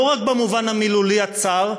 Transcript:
לא רק במובן המילולי הצר,